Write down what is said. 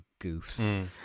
goofs